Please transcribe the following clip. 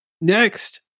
next